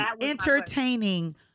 entertaining